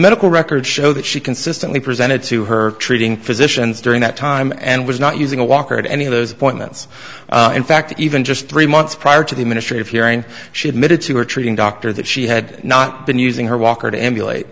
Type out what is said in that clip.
medical records show that she consistently presented to her treating physicians during that time and was not using a walker at any of those appointments in fact even just three months prior to the ministry of hearing she admitted to or treating doctor that she had not been using her walker to emulate